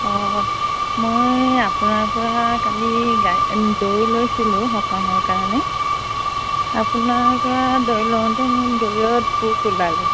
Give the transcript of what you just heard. অঁ মই আপোনাৰ পৰা কালি গাই দৈ লৈছিলোঁ সকামৰ কাৰণে আপোনাৰ পৰা দৈ লওঁতে মোৰ দৈত পোক ওলালে